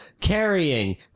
carrying